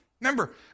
Remember